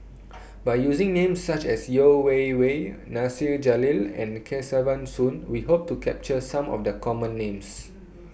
By using Names such as Yeo Wei Wei Nasir Jalil and Kesavan Soon We Hope to capture Some of The Common Names